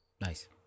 Nice